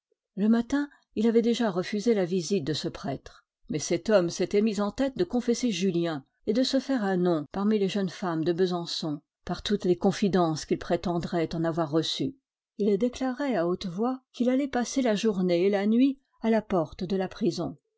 le matin il avait déjà refusé la visite de ce prêtre mais cet homme s'était mis en tête de confesser julien et de se faire un nom parmi les jeunes femmes de besançon par toutes les confidences qu'il prétendrait en avoir reçues il déclarait à haute voix qu'il allait passer la journée et la nuit à la porte de la prison